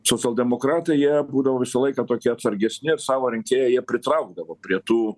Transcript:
socialdemokratai jie būdavo visą laiką tokie atsargesni savo rinkėją jie pritraukdavo prie tų